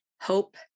hope